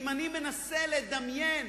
אם אני מנסה לדמיין